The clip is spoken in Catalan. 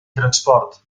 transport